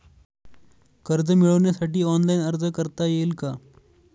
कर्ज मिळविण्यासाठी ऑनलाइन अर्ज करता येईल का?